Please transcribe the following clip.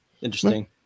Interesting